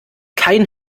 kein